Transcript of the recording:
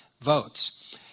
votes